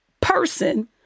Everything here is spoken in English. person